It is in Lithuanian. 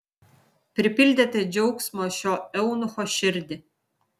pripildėte džiaugsmo šio eunucho širdį